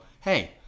hey